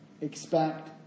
expect